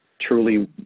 truly